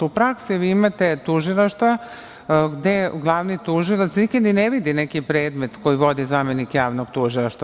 U praksi vi imate tužilaštva gde glavni tužilac nekad i ne vidi neki predmet koji vodi zamenik javnog tužilaštva.